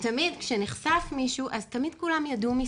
שתמיד כשנחשף מישהו, תמיד כולם ידעו מסביב,